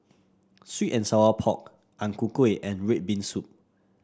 sweet and Sour Pork Ang Ku Kueh and red bean soup